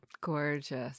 Gorgeous